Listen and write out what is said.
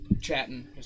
chatting